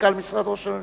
מנכ"ל משרד ראש הממשלה.